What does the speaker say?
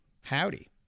Howdy